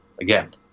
again